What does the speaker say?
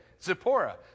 Zipporah